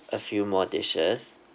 a few more dishes